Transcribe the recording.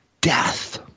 death